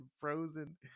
frozen